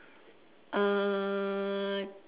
uh